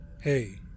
Hey